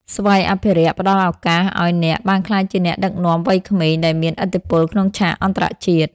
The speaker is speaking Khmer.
ស័យអភិរក្សផ្តល់ឱកាសឱ្យអ្នកបានក្លាយជាអ្នកដឹកនាំវ័យក្មេងដែលមានឥទ្ធិពលក្នុងឆាកអន្តរជាតិ។